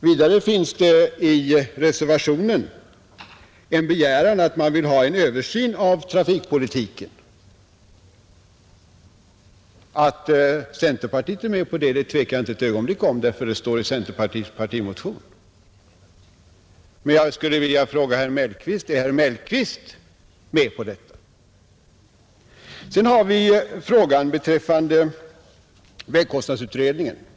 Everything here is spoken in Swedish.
Vidare finns i reservationen en begäran om översyn av trafikpolitiken. Att centerpartiet är med om det tvivlar jag inte ett ögonblick på, ty det står i centerpartiets partimotion. Men jag skulle vilja fråga herr Mellqvist: Är herr Mellqvist med på detta? Sedan har vi frågan om vägkostnadsutredningen.